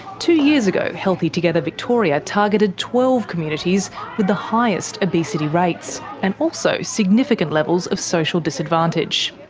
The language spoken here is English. two years ago, healthy together victoria targeted twelve communities with the highest obesity rates, and also significant levels of social disadvantage.